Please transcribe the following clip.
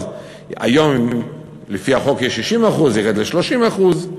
אז היום לפי החוק יש 60% יֵרד ל-30%.